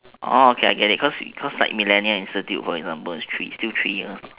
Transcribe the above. okay I get it cause cause like millennia institute for example is still three years